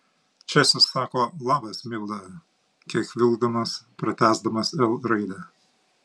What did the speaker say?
česius sako labas milda kiek vilkdamas patęsdamas l raidę